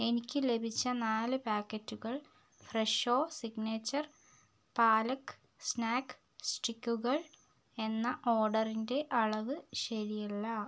എനിക്ക് ലഭിച്ച നാല് പാക്കറ്റുകൾ ഫ്രെഷോ സിഗ്നേച്ചർ പാലക് സ്നാക്ക് സ്റ്റിക്കുകൾ എന്ന ഓർഡറിന്റെ അളവ് ശരിയല്ല